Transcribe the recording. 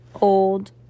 old